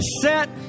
set